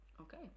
Okay